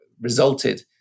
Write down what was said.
resulted